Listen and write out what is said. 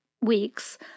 weeks